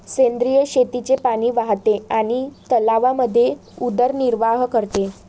सेंद्रिय शेतीचे पाणी वाहते आणि तलावांमध्ये उदरनिर्वाह करते